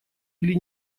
или